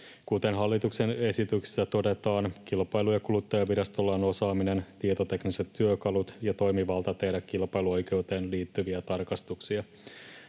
Kuten hallituksen esityksessä todetaan, Kilpailu- ja kuluttajavirastolla on osaaminen, tietotekniset työkalut ja toimivalta tehdä kilpailuoikeuteen liittyviä tarkastuksia.